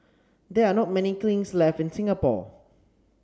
there are not many kilns left in Singapore